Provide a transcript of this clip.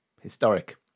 historic